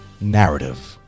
narrative